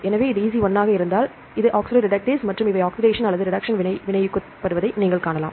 எனவே இது EC 1 ஆக இருந்தால் அதன் ஆக்சிடோரிடக்டேஸ் மற்றும் இவை ஆக்ஸிடடேசன் அல்லது ரிடக்ஸ்ஸன் வினை வினையூக்கப்படுவதை நீங்கள் காணலாம்